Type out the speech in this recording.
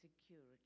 security